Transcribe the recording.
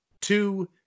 two